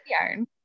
yarn